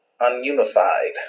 ununified